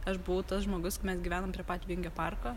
aš buvau tas žmogus mes gyvenam prie pat vingio parko